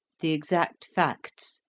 the exact facts,